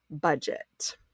budget